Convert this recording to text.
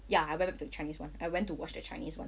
ya I went with the chinese [one] I went to watch the chinese [one]